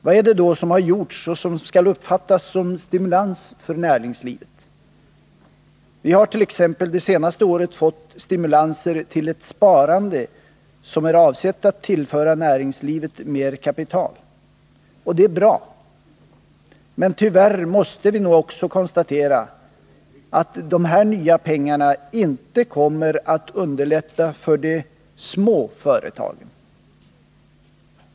Vad är det då som har gjorts och som skall uppfattas som stimulans för näringslivet? Vi hart.ex. det senaste året fått stimulanser till ett sparande som är avsett att tillföra näringslivet mer kapital. Det är bra, men tyvärr måste vi nog också konstatera att dessa nya pengar inte kommer att underlätta för de små företagen.